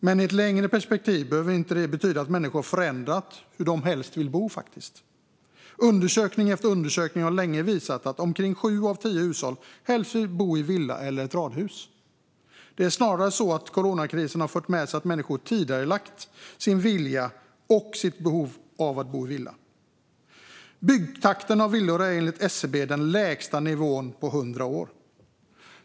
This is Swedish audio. Men i ett längre perspektiv behöver det inte betyda att människor har ändrat sig när det gäller hur de helst vill bo. Undersökning efter undersökning har länge visat att omkring sju av tio hushåll helst vill bo i villa eller radhus. Det är snarare så att coronakrisen har fört med sig att människor tidigarelagt sin vilja och sitt behov av att bo i villa. Byggtakten av villor är enligt SCB på den lägsta nivån på 100 år.